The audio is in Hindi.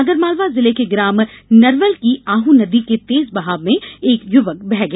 आगरमालवा जिले के ग्राम नरवल की आहू नदी के तेज बहाव में एक युवक बह गया